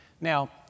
Now